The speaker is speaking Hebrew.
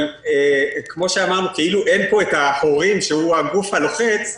נאמר כאילו אין פה את ההורים שהם הגוף הלוחץ.